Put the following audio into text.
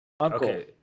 Okay